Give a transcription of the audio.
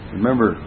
Remember